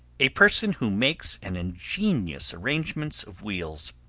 a person who makes an ingenious arrangement of wheels,